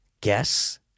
guess